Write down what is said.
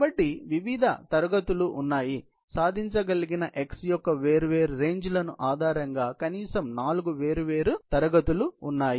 కాబట్టి వివిధ తరగతులు ఉన్నాయి సాధించ కలిగిన x యొక్క వేర్వేరు రేంజ్ లను ఆధారంగా కనీసం నాలుగు వేర్వేరు తరగతులు ఉన్నాయి